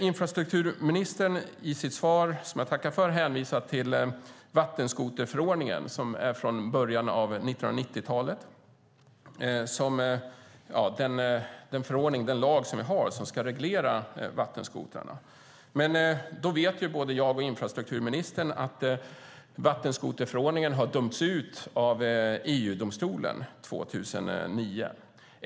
Infrastrukturministern hänvisar i sitt svar - som jag tackar för - till vattenskoterförordningen som är från början av 1990-talet. Det är den lag vi har som ska reglera vattenskotrarna. Men både jag och infrastrukturministern vet att vattenskoterförordningen har dömts ut av EU-domstolen år 2009.